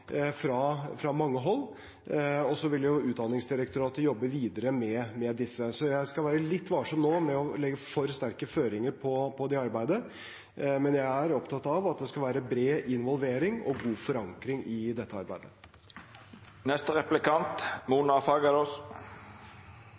fra mange hold. Utdanningsdirektoratet vil jobbe videre med disse. Så jeg skal være litt varsom med nå å legge for sterke føringer på det arbeidet, men jeg er opptatt av at det skal være bred involvering og god forankring i dette arbeidet.